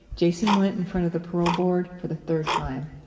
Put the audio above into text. jason went in front of the parole board for the third time.